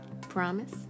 Promise